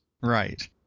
Right